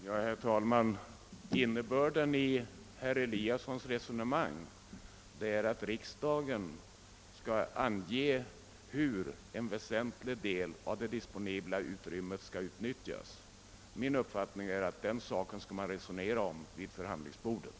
Herr talman! Innebörden i herr Eliassons resonemang är att riksdagen skall ange hur en väsentlig del av det disponibla utrymmet skall utnyttjas. Min uppfattning är att den saken skall man resonera om vid förhandlingsbordet.